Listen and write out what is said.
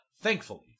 thankfully